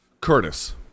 Curtis